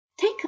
Take